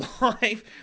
life